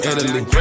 Italy